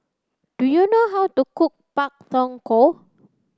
do you know how to cook pak thong ko